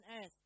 earth